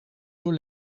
door